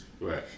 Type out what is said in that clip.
Right